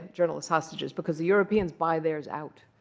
journalist hostages, because the europeans buy theirs out.